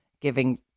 giving